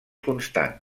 constant